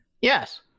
Yes